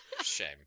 Shame